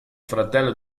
fratello